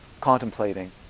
contemplating